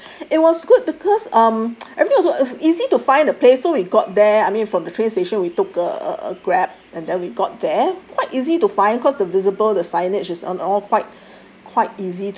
it was good because um everything also it's easy to find the place so we got there I mean from the train station we took a a a grab and then we got there quite easy to find cause the visible the signage is on all quite